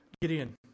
Gideon